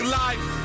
life